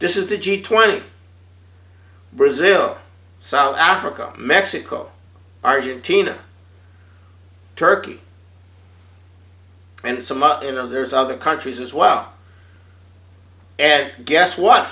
this is the g twenty brazil south africa mexico argentina turkey and some up in of there's other countries as well and guess what